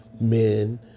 men